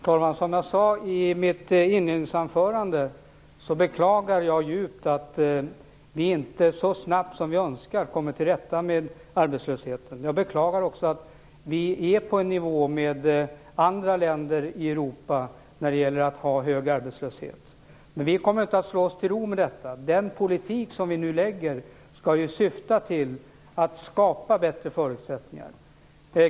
Herr talman! Som jag sade i mitt inledningsanförande beklagar jag djupt att vi inte så snabbt som vi önskar kommer till rätta med arbetslösheten. Jag beklagar också att vi ligger på samma nivå som andra länder i Europa när det gäller arbetslöshetens storlek. Men vi kommer inte att slå oss till ro med detta. Den politik som vi nu lägger fram förslag om syftar till att skapa bättre förutsättningar.